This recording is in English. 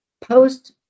post